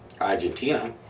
Argentina